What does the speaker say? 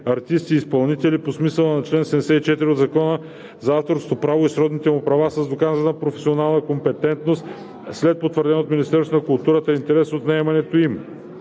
артисти-изпълнители по смисъла на чл. 74 от Закона за авторското право и сродните му права с доказана професионална компетентност – след потвърден от Министерството на културата интерес от наемането им;